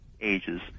ages